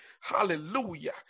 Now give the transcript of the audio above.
hallelujah